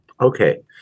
Okay